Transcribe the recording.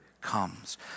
comes